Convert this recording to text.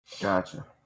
Gotcha